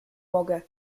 mogę